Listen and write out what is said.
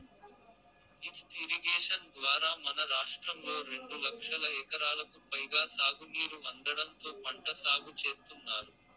lift irrigation ద్వారా మన రాష్ట్రంలో రెండు లక్షల ఎకరాలకు పైగా సాగునీరు అందడంతో పంట సాగు చేత్తున్నారు